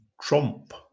Trump